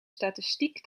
statistiek